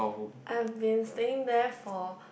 I've been staying there for